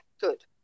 good